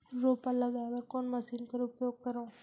रोपा लगाय बर कोन मशीन कर उपयोग करव?